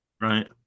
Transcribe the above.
Right